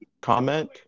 comment